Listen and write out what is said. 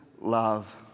love